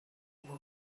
were